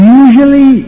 usually